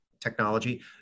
technology